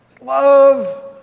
Love